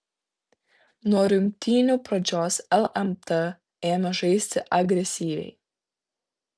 nuo rungtynių pradžios lmt ėmė žaisti agresyviai